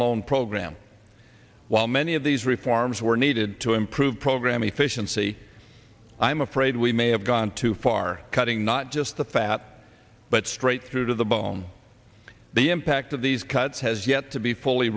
loan program while many of these reforms were needed to improve program efficiency i'm afraid we may have gone too far cutting not just the fat but straight through to the bone the impact of these cuts has yet to be fully